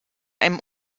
einem